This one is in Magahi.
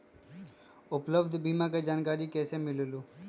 उपलब्ध बीमा के जानकारी कैसे मिलेलु?